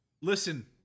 Listen